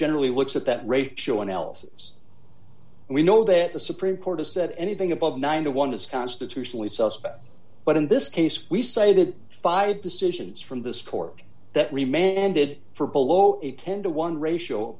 generally looks at that rate show analysis we know that the supreme court has said anything above nine to one is constitutionally suspect but in this case we say that five decisions from this court that remain ended for below a ten to one ratio